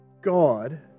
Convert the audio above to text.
God